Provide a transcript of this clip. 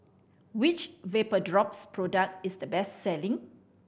which Vapodrops product is the best selling